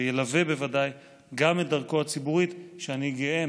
וילווה בוודאי גם את דרכו הציבורית שאני גאה,